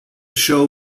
show